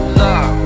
love